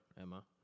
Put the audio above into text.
emma